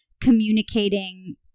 communicating